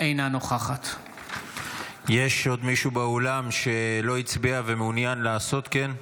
אינה נוכחת יש עוד מישהו באולם שלא הצביע ומעוניין לעשות כן?